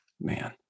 Man